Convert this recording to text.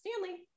Stanley